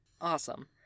Awesome